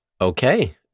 Okay